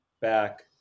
Back